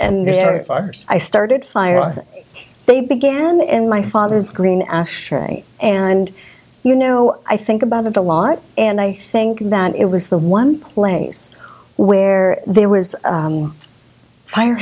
and there's our i started fires they began in my father's green ashtray and you know i think about of the lot and i think that it was the one place where there was fire